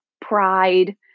pride